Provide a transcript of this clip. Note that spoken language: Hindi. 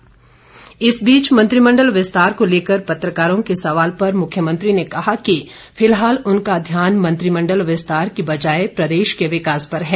मुख्यमंत्री मंत्रिमंडल इस बीच मंत्रिमंडल विस्तार को लेकर पत्रकारों के सवाल पर मुख्यमंत्री ने कहा कि फिलहाल उनका ध्यान मंत्रिमंडल विस्तार की बजाय प्रदेश के विकास पर है